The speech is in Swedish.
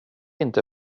inte